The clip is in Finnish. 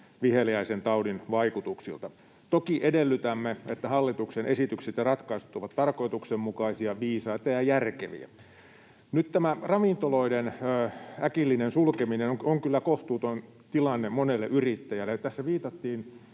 viheliäisen taudin vaikutuksilta. Toki edellytämme, että hallituksen esitykset ja ratkaisut ovat tarkoituksenmukaisia, viisaita ja järkeviä. Nyt tämä ravintoloiden äkillinen sulkeminen on kyllä kohtuuton tilanne monelle yrittäjälle. Tässä viitattiin